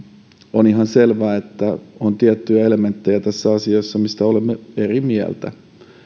on ihan selvää että on tiettyjä elementtejä tässä asiassa mistä olemme eri mieltä